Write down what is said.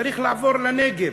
צריך לעבור לנגב.